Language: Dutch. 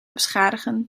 beschadigen